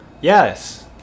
Yes